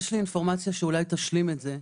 יש לי אינפורמציה שאולי תשלים את זה.